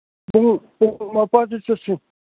ꯃꯄꯥꯗ ꯆꯠꯁꯤ